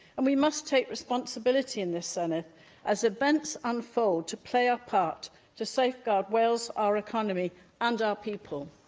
and we must take responsibility in this senedd as events unfold to play our part to safeguard wales, our economy and our people.